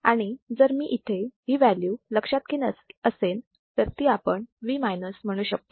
आणि जर मी इथे ही व्हॅल्यू लक्षात घेत असेन तर ती आपण V म्हणू शकतो